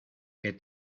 que